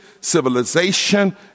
civilization